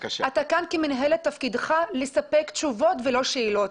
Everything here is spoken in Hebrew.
אתה כאן כמנהל ותפקידך לספק תשובות ולא שאלות.